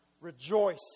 rejoice